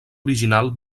original